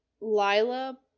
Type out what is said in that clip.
Lila